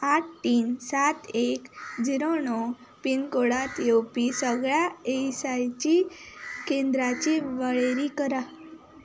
आठ तीन सात एक जिरो णव पिनकोडांत येवपी सगळ्या ईएसआयसी केंद्रांची वळेरी कर